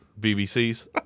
bbc's